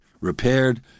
repaired